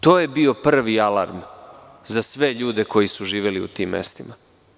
To je bio prvi alarm za sve ljude koji su živeli u tim mestima.